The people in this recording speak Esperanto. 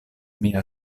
mia